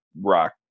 rock